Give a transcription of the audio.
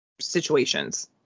situations